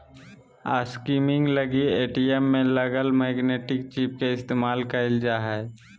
skimming लगी ATM में लगल मैग्नेटिक चिप के इस्तेमाल कइल जा हइ